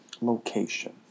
location